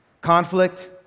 conflict